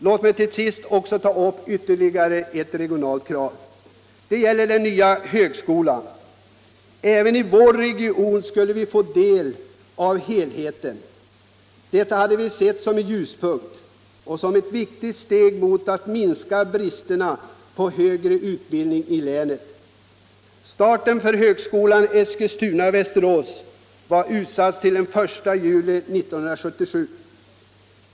Låt mig till sist ta upp ytterligare ett regionalt krav. Det gäller den nya högskolan. Även i vår region skulle vi få en del av helheten. Detta hade vi sett som en ljuspunkt och som ett viktigt steg mot att minska bristen på högre utbildning i länet. Starten för högskolan Eskilstuna/Västerås var utsatt till den I juli 1977.